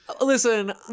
Listen